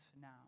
now